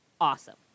awesome